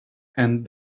and